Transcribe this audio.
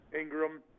Ingram